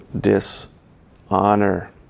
dishonor